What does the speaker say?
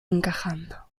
encajando